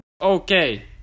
Okay